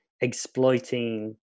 exploiting